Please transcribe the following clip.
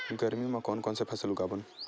गरमी मा कोन कौन से फसल उगाबोन?